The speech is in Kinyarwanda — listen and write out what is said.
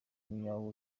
nyawo